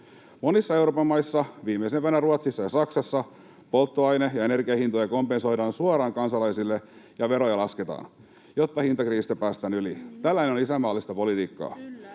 Monissa Euroopan maissa, viimeisimpänä Ruotsissa ja Saksassa, polttoaine- ja energiahintoja kompensoidaan suoraan kansalaisille ja veroja lasketaan, jotta hintakriisistä päästään yli. Tällainen on isänmaallista politiikkaa.